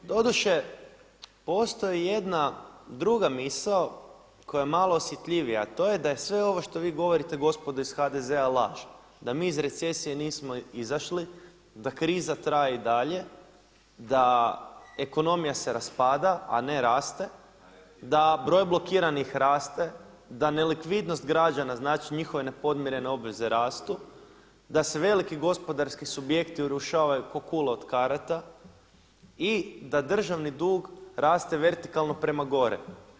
Doduše postoji jedna druga misao koja je malo osjetljivija, a to je da je sve ovo što vi govorite gospodo iz HDZ-a laž, da mi iz recesije nismo izašli, da kriza traje i dalje, da ekonomija se raspada, a ne raste, da broj blokiranih raste, da nelikvidnost građana, znači njihove nepodmirene obveze rastu, da se veliki gospodarski subjekti urušavaju kao kule od karata i da državni dug raste vertikalno prema gore.